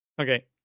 Okay